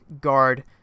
guard